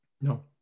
no